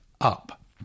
up